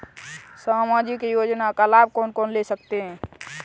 सामाजिक योजना का लाभ कौन कौन ले सकता है?